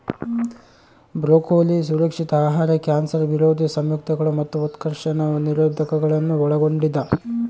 broccoli ಸುರಕ್ಷಿತ ಆಹಾರ cancer ವಿರೋಧಿ ಸಂಯುಕ್ತಗಳು ಮತ್ತು ಉತ್ಕರ್ಷಣ ನಿರೋಧಕಗುಳ್ನ ಒಳಗೊಂಡಿದ